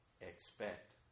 Expect